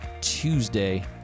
Tuesday